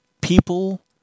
People